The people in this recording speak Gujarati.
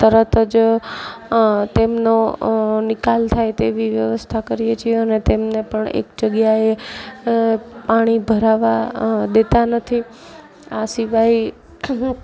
તરત જ તેમનો નિકાલ થાય તેવી વ્યવસ્થા કરીએ છીએ અને તેમને પણ એક જગ્યાએ પાણી ભરાવા દેતા નથી આ સિવાય હું